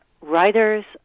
writers